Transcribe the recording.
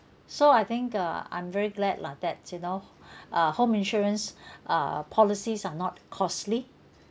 so I think uh I'm very glad lah that you know uh home insurance uh policies are not costly